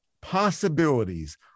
possibilities